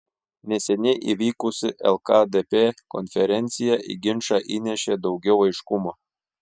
neseniai įvykusi lkdp konferencija į ginčą įnešė daugiau aiškumo